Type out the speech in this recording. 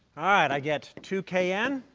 ah and i get two k n